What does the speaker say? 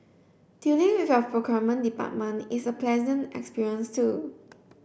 dealing with your procurement department is a pleasant experience too